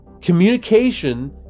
Communication